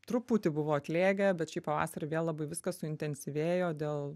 truputį buvo atlėgę bet šį pavasarį vėl labai viskas suintensyvėjo dėl